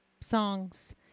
songs